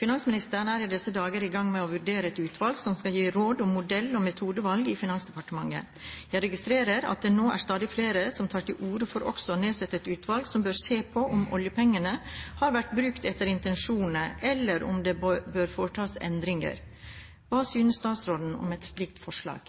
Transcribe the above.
Finansministeren er i disse dager i gang med å vurdere et utvalg som skal gi råd om modell- og metodevalg i Finansdepartementet. Jeg registrerer at det nå er stadig flere som tar til orde for også å nedsette et utvalg som bør se på om oljepengene har vært brukt etter intensjonen, eller om det bør foretas endringer. Hva synes statsråden om et slikt forslag?»